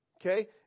Okay